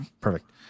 perfect